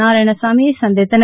நாராயணசாமியை சந்தித்தனர்